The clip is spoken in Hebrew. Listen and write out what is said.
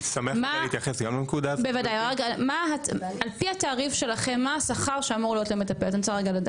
על פי התעריף שלכם מה השכר שאמור להיות למטפלת?